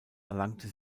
erlangte